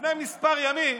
לפני כמה ימים